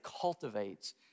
cultivates